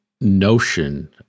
notion